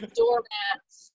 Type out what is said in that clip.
doormats